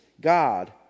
God